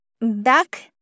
back